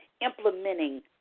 implementing